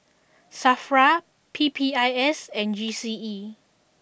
Safra P P I S and G C E